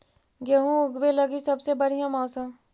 गेहूँ ऊगवे लगी सबसे बढ़िया मौसम?